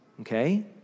Okay